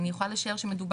אני יכולה לשער שמדובר,